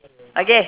okay